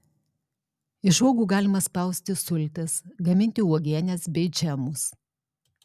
iš uogų galima spausti sultis gaminti uogienes bei džemus